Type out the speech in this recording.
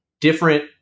different